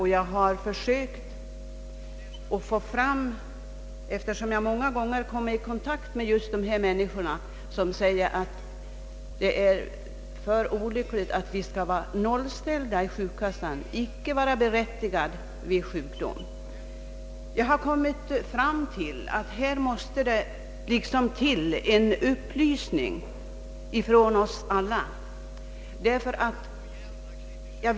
Jag har många gånger kommit i kontakt med människor som säger att det är ett olyckligt förhållande att de skall vara nollställda och icke berättigade till ersättning vid sjukdom. Jag har forskat en del i denna fråga och har kommit till det resultatet att en upplysningsverksamhet måste komma till stånd.